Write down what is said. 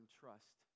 trust